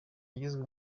yagizwe